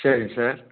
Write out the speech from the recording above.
சரிங்க சார்